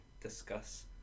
discuss